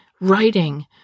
writing